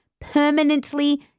permanently